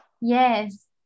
Yes